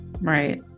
right